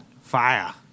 Fire